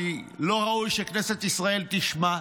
כי לא ראוי שכנסת ישראל תשמע.